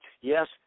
yes